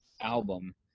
album